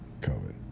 COVID